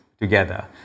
together